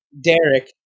Derek